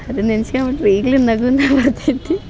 ಅದನ್ನ ನೆನ್ಸ್ಕ್ಯಂಬಿಟ್ಟರೆ ಈಗಲು ನಗುನೇ ಬರ್ತೈತಿ